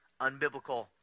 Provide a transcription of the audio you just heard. unbiblical